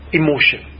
emotion